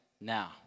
now